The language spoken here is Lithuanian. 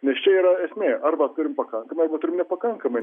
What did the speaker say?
nes čia yra esmė arba turim pakankamai arba turim nepakankamai